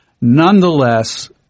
nonetheless